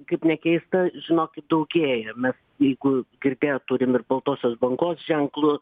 kaip nekeista žinokit daugėja mes jeigu girdėjot turim ir baltosios bangos ženklu